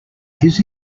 his